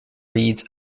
reads